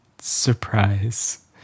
surprise